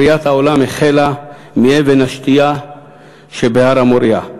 בריאת העולם החלה באבן השתייה שבהר המוריה.